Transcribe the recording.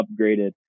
upgraded